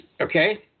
Okay